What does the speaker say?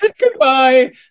Goodbye